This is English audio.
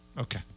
Okay